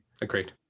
agreed